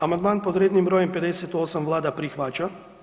Amandman pod rednim brojem 58 Vlada prihvaća.